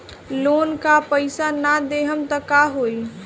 Loan का पैस न देहम त का होई?